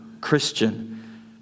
Christian